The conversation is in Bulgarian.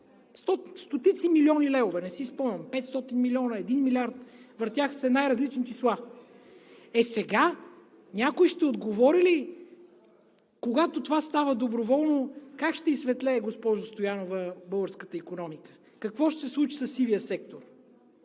стотици милиони левове – не си спомням – 500 милиона, един милиард, въртяха се най-различни числа. Е, сега някой ще отговори ли, когато това става доброволно как ще изсветлее, госпожо Стоянова, българската икономика? Какво ще се случи със сивия сектор?